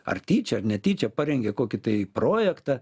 ar tyčia ar netyčia parengė kokį tai projektą